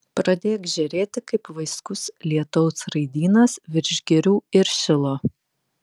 pradėk žėrėti kaip vaiskus lietaus raidynas virš girių ir šilo